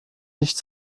nicht